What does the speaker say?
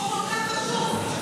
חוק כל כך חשוב.